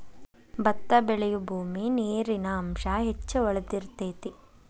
ಬತ್ತಾ ಬೆಳಿಯುಬೂಮಿ ನೇರಿನ ಅಂಶಾ ಹೆಚ್ಚ ಹೊಳದಿರತೆತಿ